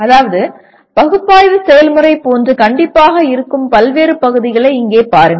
அதாவது பகுப்பாய்வு செயல்முறை போன்று கண்டிப்பாக இருக்கும் பல்வேறு பகுதிகளை இங்கே பாருங்கள்